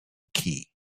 key